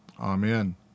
Amen